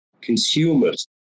consumers